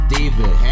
David